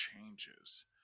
changes